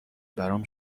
برام